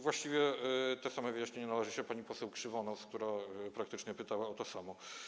Właściwie to samo wyjaśnienie należy się pani poseł Krzywonos, która praktycznie pytała o to samo.